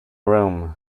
room